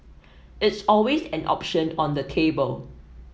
it's always an option on the table